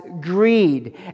greed